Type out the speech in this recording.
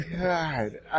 God